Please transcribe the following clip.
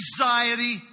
anxiety